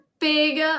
big